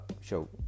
show